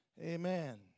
Amen